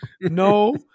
No